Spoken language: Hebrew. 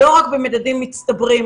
ולא רק במדדים מצטברים,